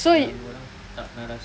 yang orang tak pernah rasa